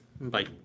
Bye